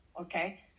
Okay